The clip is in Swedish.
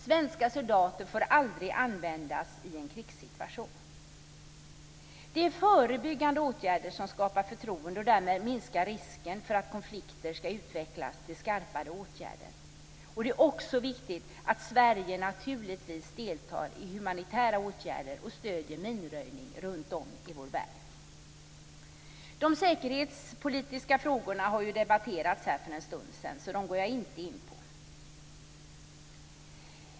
Svenska soldater får aldrig användas i en krigssituation. Det är förebyggande åtgärder som skapar förtroende och därmed minskar risken för att konflikter skall utvecklas till skarpare åtgärder. Det är naturligtvis också viktigt att Sverige deltar i humanitära åtgärder och stöder minröjning runtom i vår värld. De säkerhetspolitiska frågorna har ju debatterats här för en stund sedan. Därför går jag inte in på dem.